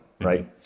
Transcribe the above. Right